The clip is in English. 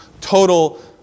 total